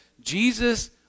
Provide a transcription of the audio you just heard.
Jesus